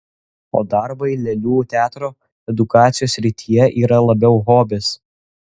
o darbai lėlių teatro edukacijos srityje yra labiau hobis